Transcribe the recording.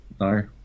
no